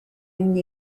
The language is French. une